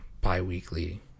bi-weekly